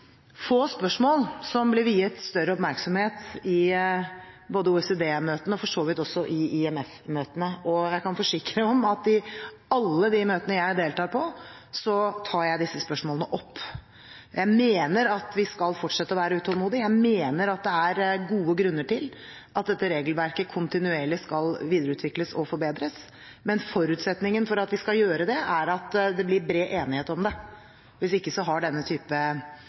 få spørsmål som blir viet større oppmerksomhet i både OECD-møtene og for så vidt i IMF-møtene, og jeg kan forsikre om at i alle de møtene jeg deltar på, tar jeg disse spørsmålene opp. Jeg mener at vi skal fortsette å være utålmodige. Jeg mener at det er gode grunner til at dette regelverket kontinuerlig skal videreutvikles og forbedres. Men forutsetningen for at vi skal gjøre det, er at det blir bred enighet om det. Hvis ikke